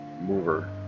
mover